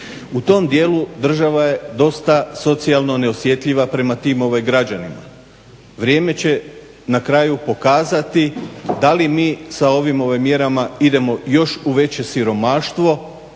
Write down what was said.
U tom dijelu država je dosta socijalno neosjetljiva prema tim građanima. Vrijeme će na kraju pokazati da li mi sa ovim mjerama idemo još u veće siromaštvo,